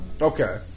Okay